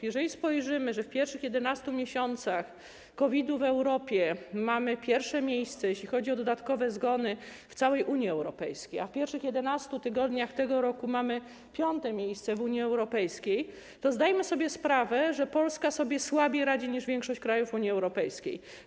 Jeżeli widzimy, że po pierwszych 11 miesiącach od wybuchu COVID-u w Europie mamy pierwsze miejsce, jeśli chodzi o dodatkowe zgony, w całej Unii Europejskiej, a po pierwszych 11 tygodniach tego roku mamy piąte miejsce w Unii Europejskiej, to zdajemy sobie sprawę, że Polska radzi sobie słabiej niż większość krajów Unii Europejskiej.